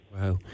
Wow